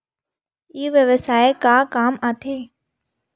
ई व्यवसाय का काम आथे?